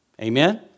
Amen